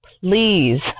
Please